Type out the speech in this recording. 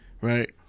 right